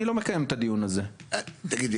אני לא מקיים את הדיון הזה --- תגיד לי,